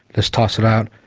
let's toss it out.